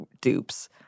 dupes